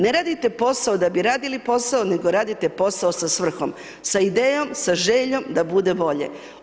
Ne radite posao da bi radili posao, nego radite posao sa svrhom, sa idejom, sa željom da bude bolje.